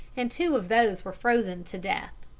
and two of those were frozen to death.